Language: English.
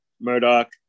Murdoch